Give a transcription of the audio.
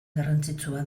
garrantzitsua